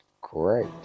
great